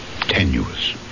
tenuous